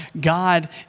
God